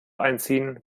einziehen